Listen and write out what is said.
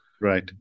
Right